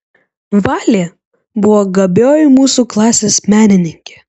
valė buvo gabioji mūsų klasės menininkė